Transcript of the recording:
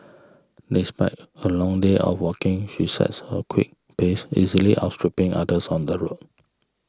despite her long day of walking she sets a quick pace easily outstripping others on the road